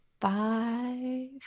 Five